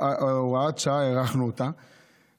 הארכנו את הוראת השעה,